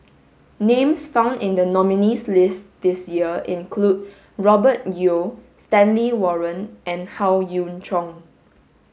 names found in the nominees' list this year include Robert Yeo Stanley Warren and Howe Yoon Chong